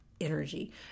Energy